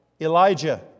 Elijah